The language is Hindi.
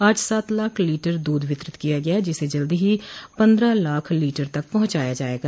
आज सात लाख लीटर दूध वितरित किया गया जिसे जल्द ही पन्द्रह लाख लीटर तक पहुंचाया जायेगा